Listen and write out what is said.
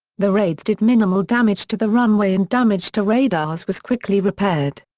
the raids did minimal damage to the runway and damage to radars was quickly repaired.